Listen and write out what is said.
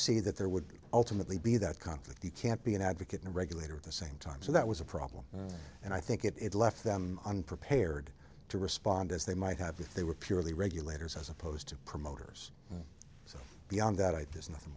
see that there would ultimately be that conflict you can't be an advocate in a regulator at the same time so that was a problem and i think it left them unprepared to respond as they might have if they were purely regulators as opposed to promoters so beyond that i does nothing